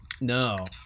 No